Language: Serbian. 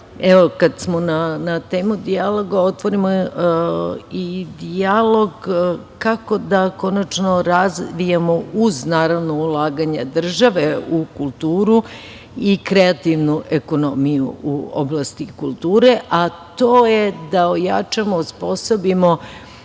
evo, kad smo na temu dijaloga, otvorimo i dijalog kako da konačno razvijemo, uz, naravno, ulaganja države u kulturu, i kreativnu ekonomiju u oblasti kulture, a to je da ojačamo, osposobimo